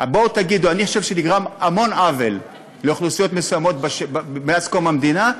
אני חושב שנגרם המון עוול לאוכלוסיות מסוימות מאז קום המדינה,